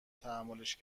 تحملش